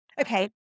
Okay